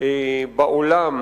בעולם